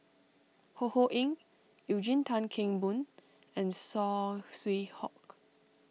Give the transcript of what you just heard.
Ho Ho Ying Eugene Tan Kheng Boon and Saw Swee Hock